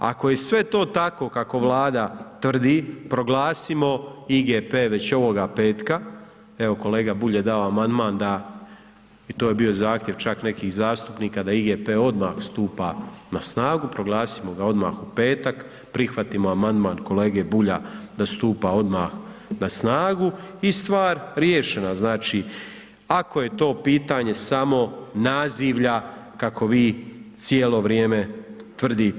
Ako je sve to tako kako Vlada tvrdi, proglasimo IGP već ovoga petka, evo kolega Bulj je dao amandman da i to je bio zahtjev čak nekih zastupnika da IGP onda stupa na snagu, proglasimo ga odmah u petak, prihvatimo amandman kolege Bulja, da stupa odmah na snagu i stvar riješena, znači, ako je to pitanje samo nazivlja kako vi cijelo vrijeme tvrdite.